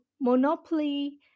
Monopoly